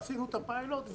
עשינו את הפיילוט.